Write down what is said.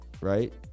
right